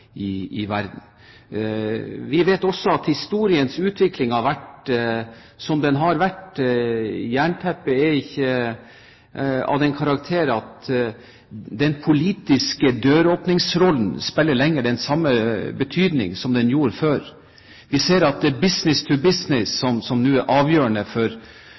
verden. Vi vet også at historiens utvikling har vært som den har vært. Jernteppet er ikke av den karakter at den politiske døråpningsrollen lenger har den samme betydning som den hadde før. Vi ser at «business to business» nå er avgjørende for